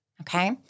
Okay